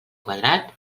quadrats